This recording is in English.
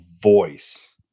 voice